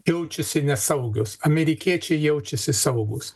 jaučiasi nesaugios amerikiečiai jaučiasi saugūs